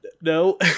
no